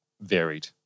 varied